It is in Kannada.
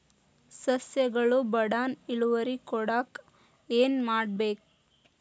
ಸಸ್ಯಗಳು ಬಡಾನ್ ಇಳುವರಿ ಕೊಡಾಕ್ ಏನು ಮಾಡ್ಬೇಕ್?